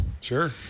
Sure